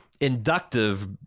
inductive